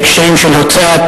בהקשרים של הוצאת